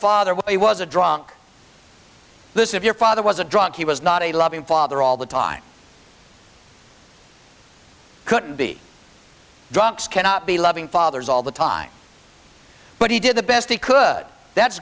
father when he was a drunk this if your father was a drunk he was not a loving father all the time couldn't be drunks cannot be loving fathers all the time but he did the best he could that's